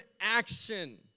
action